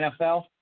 NFL